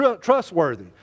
trustworthy